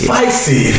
Spicy